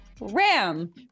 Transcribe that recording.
RAM